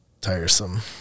tiresome